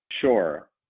Sure